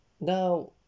now